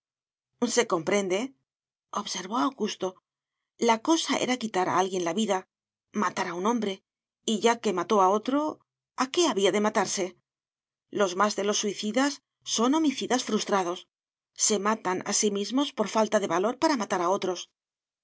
se comprendeobservó augusto la cosa era quitar a alguien la vida matar un hombre y ya que mató a otro a qué había de matarse los más de los suicidas son homicidas frustrados se matan a sí mismos por falta de valor para matar a otros